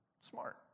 Smart